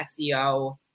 SEO